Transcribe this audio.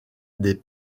des